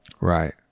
Right